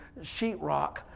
sheetrock